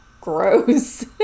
gross